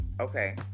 Okay